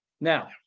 Now